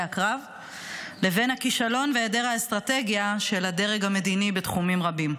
הקרב לבין הכישלון והיעדר האסטרטגיה של הדרג המדיני בתחומים רבים.